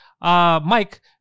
Mike